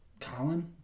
Colin